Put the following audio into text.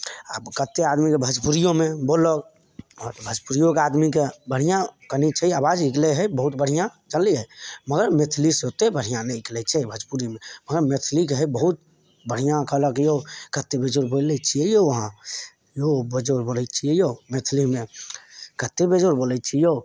आ कत्तेक आदमी तऽ भजपुरियोमे बोललक हँ तऽ भजपुरियोके आदमीके बढ़िआँ कयने छै आबाज निकलै हय बहुत बढ़िआ जनलियै मगर मैथिली से ओत्तेक बढ़िआँ नहि निकलै छै भजपुरीमे हँ मैथिली रहए बहुत बढ़िआँ कहलक लोग कत्तेक बेजोड़ बोलि लै छियै यौ अहाँ यौ बेजोड़ बोलैत छियै यौ मैथिलीमे कत्तेक बेजोड़ बोलैत छियै यौ